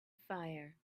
fire